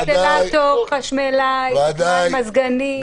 אינסטלטור, חשמלאי, מזגנים.